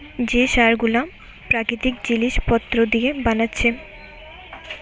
যে সার গুলো প্রাকৃতিক জিলিস পত্র দিয়ে বানাচ্ছে